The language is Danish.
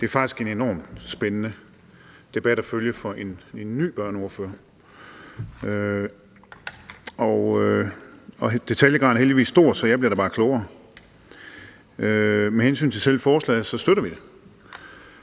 Det er faktisk en enormt spændende debat at følge for en ny børneordfører, og detaljegraden er heldigvis stor, så jeg bliver da bare klogere. Med hensyn til selve forslaget støtter vi det.